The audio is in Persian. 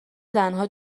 زنها